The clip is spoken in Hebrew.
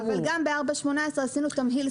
ב-4.18 עשינו תמהיל.